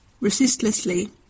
Resistlessly